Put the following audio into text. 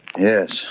Yes